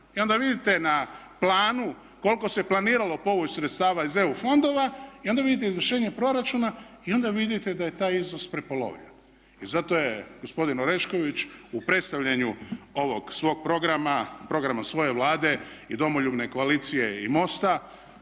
i onda vidite na planu koliko se planiralo povući sredstava iz EU fondova i onda vidite izvršenje proračuna i onda vidite da je taj iznos prepolovljen. I zato je gospodin Orešković u predstavljanju ovog svog programa, programa svoje Vlada i Domoljubne koalicije i MOST-a